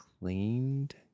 cleaned